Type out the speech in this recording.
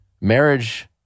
marriage